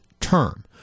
term